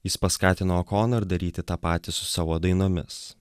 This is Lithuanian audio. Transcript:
jis paskatino okonor ir daryti tą patį su savo dainomis